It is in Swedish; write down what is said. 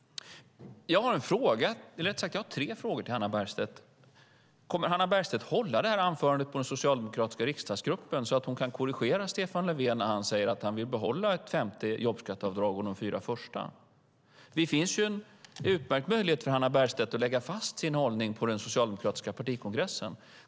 Jag har tre frågor till Hannah Bergstedt. Kommer Hannah Bergstedt att hålla detta anförande på den socialdemokratiska riksdagsgruppen så att hon kan korrigera Stefan Löfven när han säger att han vill behålla ett femte jobbskatteavdrag och de fyra första? Det finns en utmärkt möjlighet för Hannah Bergstedt att lägga fast sin hållning på den socialdemokratiska partikongressen.